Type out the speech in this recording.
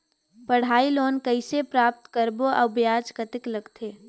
पढ़ाई लोन कइसे प्राप्त करबो अउ ब्याज कतेक लगथे?